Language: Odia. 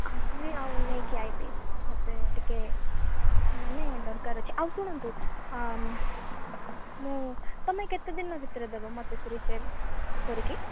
ଆସିବି ଆଉ ନେଇକି ଆସିବି ମୋତେ ଟିକେ ମାନେ ଦରକାର ଅଛି ଆଉ ଶୁଣନ୍ତୁ ମୁଁ ତୁମେ କେତେଦିନ ଭିତରେ ଦେବ ମୋତେ ସେ ରିପେୟାର କରି କି